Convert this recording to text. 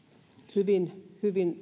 hyvin hyvin